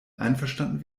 einverstanden